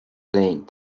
playing